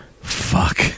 Fuck